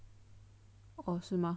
oh 是吗